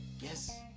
yes